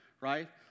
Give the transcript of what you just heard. right